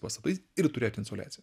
pastatais ir turėt insoliaciją